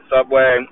Subway